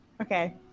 okay